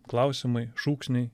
klausimai šūksniai